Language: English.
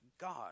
God